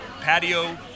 patio